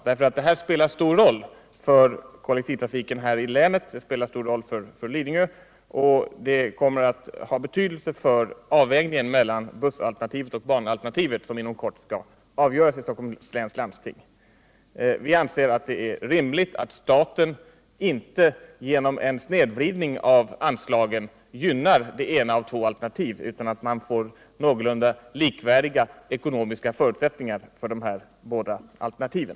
Detta förslag spelar stor roll för kollektivtrafiken här i länet och för Lidingö, där det kommer att ha betydelse för avvägningen mellan bussalternativet och banalternativet, som inom kort skall avgöras i Stockholms läns landsting. Vianser att det är rimligt att staten inte genom en snedvridning av anslagen gynnar det ena av två alternativ, utan att man får någorlunda likvärdiga ekonomiska förutsättningar för de båda alternativen.